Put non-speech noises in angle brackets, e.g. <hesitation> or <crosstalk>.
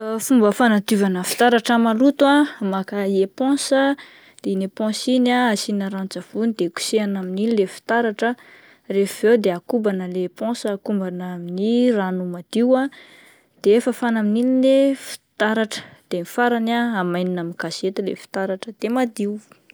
<hesitation> Fomba fanadiovana fitaratra maloto ah, maka eponsa de iny eponsa iny ah asiana ranon-tsavony de kosehina amin'iny ilay fitaratra rehefa avy eo dia akobana le eponsa, akobana amin'ny rano madio de fafana amin'iny le fitaratra de ny farany ah amainina amin'ny gazety ilay fitaratra de madio.